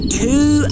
two